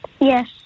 Yes